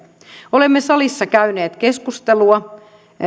olemme salissa käyneet keskustelua